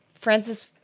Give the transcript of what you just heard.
Francis